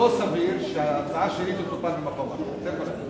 ולא סביר שההצעה שלי תטופל במקום אחר.